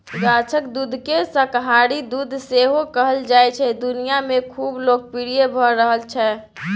गाछक दुधकेँ शाकाहारी दुध सेहो कहल जाइ छै दुनियाँ मे खुब लोकप्रिय भ रहल छै